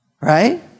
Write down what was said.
Right